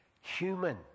human